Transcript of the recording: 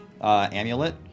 amulet